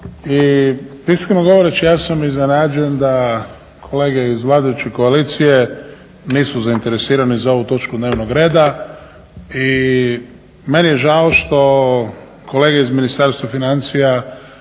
I iskreno govoreći ja sam iznenađen da kolege iz vladajuće koalicije nisu zainteresirani za ovu točku dnevnog reda. I meni je žao što kolege iz Ministarstva financija